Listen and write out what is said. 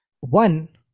one